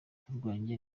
turwanye